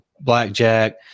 blackjack